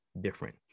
different